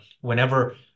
whenever